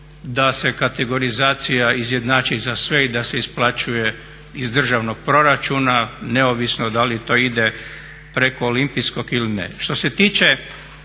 da se kategorizacija izjednači za sve i da se isplaćuje iz državnog proračuna, neovisno da li to ide preko olimpijskog ili ne.